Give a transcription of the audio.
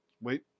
Wait